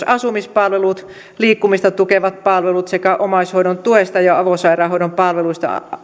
asumispalvelut liikkumista tukevat palvelut sekä omaishoidon tuesta ja avosairaanhoidon palveluista